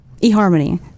eHarmony